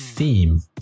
Theme